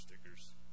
stickers